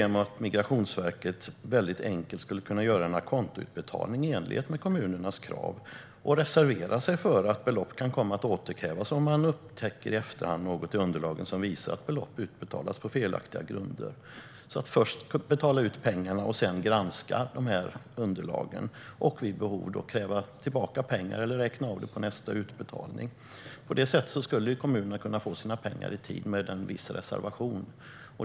Migrationsverket skulle väldigt enkelt kunna göra en a conto-utbetalning i enlighet med kommunernas krav och reservera sig för att belopp kan komma att återkrävas om man i efterhand upptäcker något i underlagen som visar att belopp har utbetalats på felaktiga grunder. Man skulle först betala ut pengarna och sedan granska dessa underlag. Vid behov skulle man kräva tillbaka pengar eller räkna av dem i samband med nästa utbetalning. På det sättet skulle kommunerna kunna få sina pengar i tid, med en viss reservation.